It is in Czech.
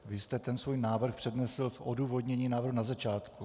Vy jste ten svůj návrh přednesl v odůvodnění návrhu na začátku.